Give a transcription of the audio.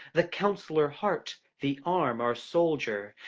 the counsellor heart, the arm our soldier,